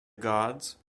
gods